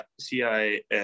CIA